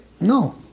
no